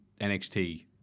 NXT